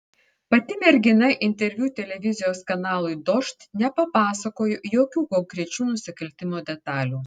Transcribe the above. pati mergina interviu televizijos kanalui dožd nepapasakojo jokių konkrečių nusikaltimo detalių